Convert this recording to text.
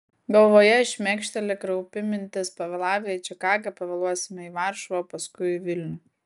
galvoje šmėkšteli kraupi mintis pavėlavę į čikagą pavėluosime į varšuvą paskui į vilnių